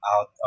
out